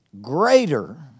Greater